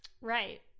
Right